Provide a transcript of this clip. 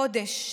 חודש.